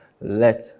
let